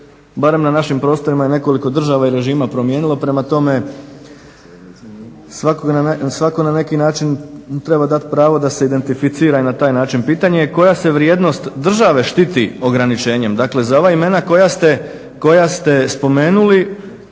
barem na našim prostorima i nekoliko država i režima promijenilo. Prema tome, svakom na neki način treba dati pravo da se identificira i na taj način. Pitanje je koja se vrijednost države štiti ograničenjem? Dakle, za ova imena koja ste spomenuli